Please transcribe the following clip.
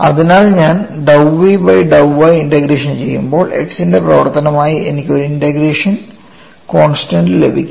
അതിനാൽ ഞാൻ dou v by dou y integration ചെയ്യുമ്പോൾ x ന്റെ പ്രവർത്തനമായി എനിക്ക് ഒരു ഇൻറഗ്രേഷൻ കോൺസ്റ്റൻസ് ലഭിക്കും